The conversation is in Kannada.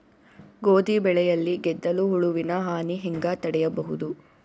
ಗೋಧಿ ಬೆಳೆಯಲ್ಲಿ ಗೆದ್ದಲು ಹುಳುವಿನ ಹಾನಿ ಹೆಂಗ ತಡೆಬಹುದು?